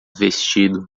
vestido